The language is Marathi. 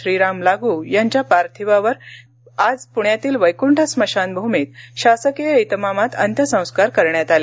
श्रीराम लाग्र यांच्या पार्थिवावर आज प्ण्यातील वैकूंठ स्मशानभूमीत शासकीय इतमामात अंत्यसंस्कार करण्यात आले